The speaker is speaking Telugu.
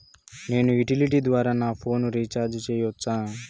నేను యుటిలిటీ ద్వారా నా ఫోను రీచార్జి సేయొచ్చా?